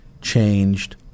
changed